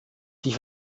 die